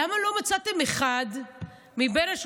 למה לא מצאתם אחד מהשולחן,